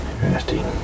Nasty